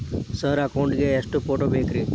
Sir account ಗೇ ಎಷ್ಟು photo ಬೇಕ್ರಿ?